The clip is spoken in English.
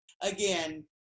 again